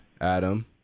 Adam